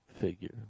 figure